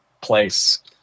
place